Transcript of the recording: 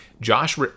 Josh